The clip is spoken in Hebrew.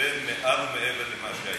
מעל ומעבר למה שהיה.